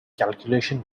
calculation